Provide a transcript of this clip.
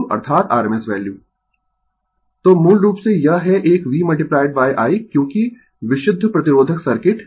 Refer Slide Time 1244 तो मूल रूप से यह है एक v i क्योंकि विशुद्ध प्रतिरोधक सर्किट